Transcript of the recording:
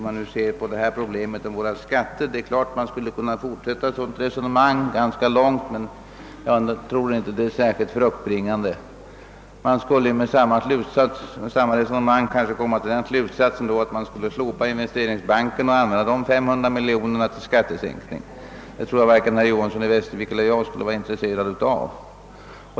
Man skulle naturligtvis kunna fortsätta ett sådant resonemang om anslags inverkan i skattesammanhang ganska länge, men jag tror inte att det nu skulle vara särskilt fruktbringande. Man skulle med samma resonemang kunna komma till den slutsatsen att man skulle slopa investeringsbanken och använda de 500 miljonerna för skattesänkning. Det tror jag varken herr Johanson i Västervik eller jag skulle vara intresserad av.